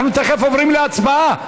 אנחנו תכף עוברים להצבעה.